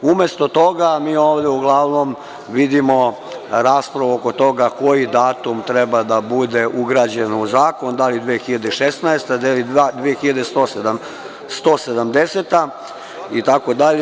Umesto toga, mi ovde uglavnom vidimo raspravu oko toga koji datum treba da bude ugrađen u zakon, da li 2016. godina ili 2170. godina itd.